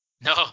No